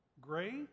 Gray